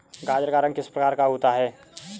गाजर का रंग किस प्रकार का होता है?